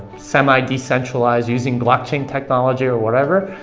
semi-decentralized using block chain technology or whatever,